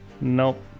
Nope